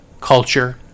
culture